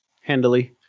Handily